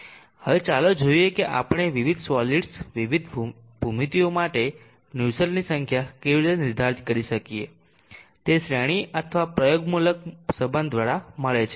હવે ચાલો જોઈએ કે આપણે વિવિધ સોલિડ્સ વિવિધ ભૂમિતિઓ માટે નુસ્સેલ્ટની સંખ્યા કેવી રીતે નિર્ધારિત કરીએ છીએ તે શ્રેણી અથવા પ્રયોગમૂલક સંબંધ દ્વારા મળે છે